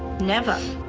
never.